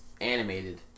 animated